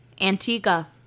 Antigua